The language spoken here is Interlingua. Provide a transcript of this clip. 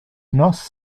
nos